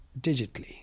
digitally